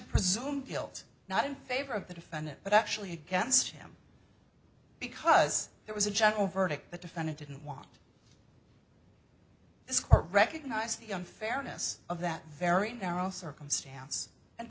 presume guilt not in favor of the defendant but actually against him because it was a general verdict the defendant didn't want this court recognized the unfairness of that very narrow circumstance and